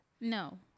no